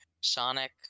Sonic